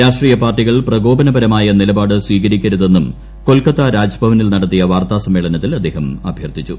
രാഷ്ട്രീയ പാർട്ടികൾ പ്രക്ഷോപനപരമായ നിലപാട് സ്വീകരിക്കരുതെന്നും കൊൽക്കത്ത രാജ്ഭവനിൽ നടത്തിയ വാർത്താ സമ്മേളനത്തിൽ അദ്ദേഹം അഭ്യർഥിച്ചു